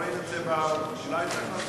אנחנו רואים את זה, אולי צריך לעשות סוף